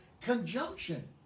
conjunction